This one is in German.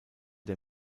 der